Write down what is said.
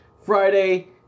Friday